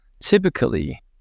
typically